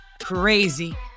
Crazy